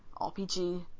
rpg